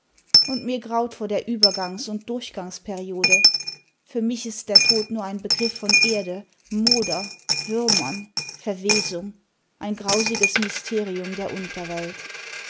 und mir graut vor der übergangs und durchgangsperiode für mich ist der tod nur ein begriff von erde moder würmern verwesung ein grausiges mysterium der unterwelt